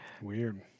weird